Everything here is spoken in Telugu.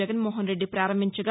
జగన్మోహన్ రెడ్డి ప్రారంభించగా